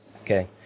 Okay